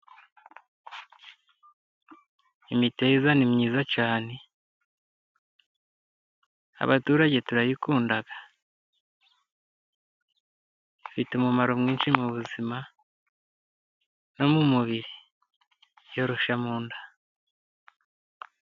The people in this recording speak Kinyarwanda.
Imiteja ni myiza cyane, abaturage turayikunda, ifite umumaro mwinshi mu buzima no mu mubiri yoroshya munda.